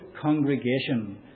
congregation